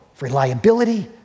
reliability